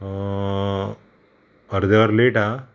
अर्देवर late हां